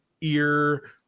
ear